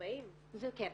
40. כן,